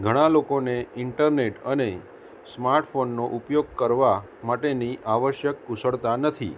ઘણા લોકોને ઇન્ટરનેટ અને સ્માર્ટફોનનો ઉપયોગ કરવા માટેની આવશ્યક કુશળતા નથી